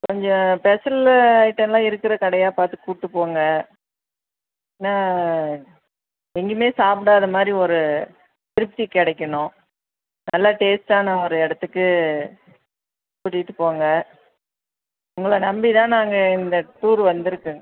கொஞ்சம் special item எல்லாம் இருக்கிற கடையாக பார்த்து கூப்பிட்டு போங்க ந எங்கேமே சாப்பிடாத மாதிரி ஒரு திருப்தி கிடைக்கணும் நல்ல டேஸ்ட்டான ஒரு இடத்துக்கு கூட்டியிட்டு போங்க உங்களை நம்பி தான் நாங்கள் இந்த டூரு வந்துருக்கேன்